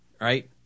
right